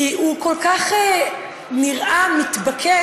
כי הוא כל כך נראה מתבקש,